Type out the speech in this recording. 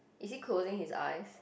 is he closing his eyes